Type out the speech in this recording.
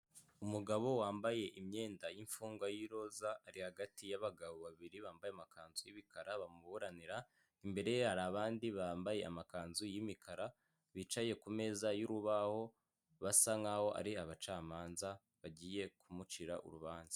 Umugore wuriye ipoto ry'amashanyarazi arimo arashaka ibikoresho byo gutunganya ikibazo cyaba gihari kuri iryo poto ry'amashanyarazi arimo gukoraho akazi.